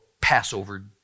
Passover